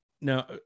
now